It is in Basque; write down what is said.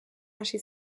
hasi